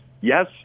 yes